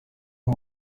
nko